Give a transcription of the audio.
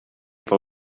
pel